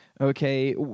okay